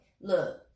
Look